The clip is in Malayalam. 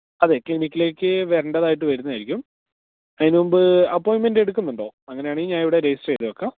അതെ ക്ലിനിക്കിലേക്ക് വരേണ്ടതായിട്ട് വരും അതിനുമുമ്പ് അപ്പോയ്ൻമെൻറ്റ് എടുക്കുന്നുണ്ടോ അങ്ങനെയാണെങ്കില് ഞാനിവിടെ രജിസ്റ്റര് ചെയ്തുവെയ്ക്കാം